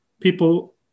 people